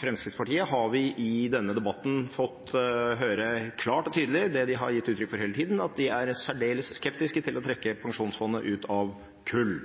Fremskrittspartiet har vi i denne debatten fått høre klart og tydelig det de har gitt uttrykk for hele tiden, at de er særdeles skeptiske til å trekke pensjonsfondet ut av kull.